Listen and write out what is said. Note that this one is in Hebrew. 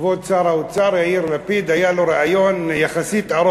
לכבוד שר האוצר יאיר לפיד היה ריאיון ארוך יחסית.